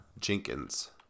Jenkins